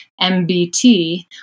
mbt